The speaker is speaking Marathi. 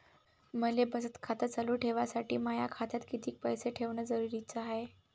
मले बचत खातं चालू ठेवासाठी माया खात्यात कितीक पैसे ठेवण जरुरीच हाय?